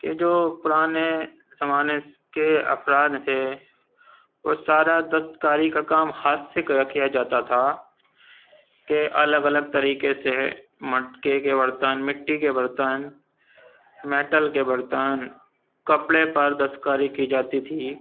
کہ جو پرانے زمانے کے افراد تھے وہ سارا دستکاری کا کام ہاتھ سے کرا کیا جاتا تھا کہ الگ الگ طریقے سے مٹکے کے برتن مٹی کے برتن میٹل کے برتن کپڑے پر دستکاری کی جاتی تھی